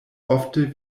ofte